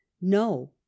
no